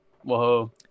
Whoa